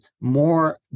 more